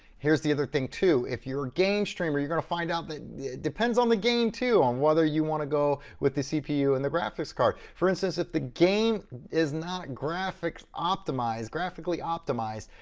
here's the other thing too, if you're a game streamer, you're gonna find out that it depends on the game too, on whether you wanna go with the cpu and the graphics card. for instance, if the game is not graphics optimized, graphically optimized,